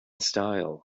style